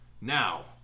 Now